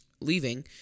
leaving